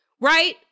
right